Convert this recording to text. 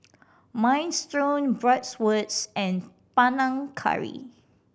Minestrone Bratwurst and Panang Curry